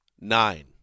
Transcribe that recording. nine